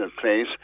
place